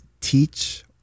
teach